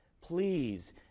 Please